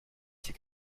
ces